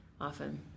often